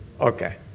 Okay